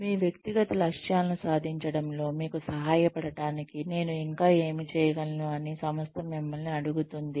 మీ వ్యక్తిగత లక్ష్యాలను సాధించడంలో మీకు సహాయపడటానికి నేను ఇంకా ఏమి చేయగలను అని సంస్థ మిమ్మల్ని అడుగుతుంది